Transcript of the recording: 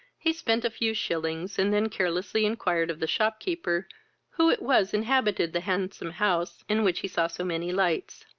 he spent a few shillings, and then carelessly inquired of the shopkeeper who it was inhabited the handsome house in which he saw so many lights.